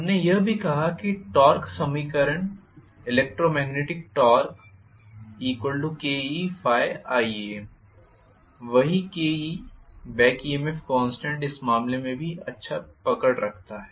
हमने यह भी कहा कि टॉर्क समीकरण इलेक्ट्रोमैग्नेटिक टॉर्क Ke∅Ia वही Ke बैक EMF कॉन्स्टेंट इस मामले में भी अच्छा पकड़ रखता है